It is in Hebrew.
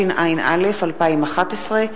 התשע"א 2011,